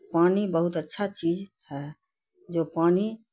پانی بہت اچھا چیز ہے جو پانی